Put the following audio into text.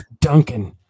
Duncan